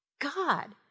God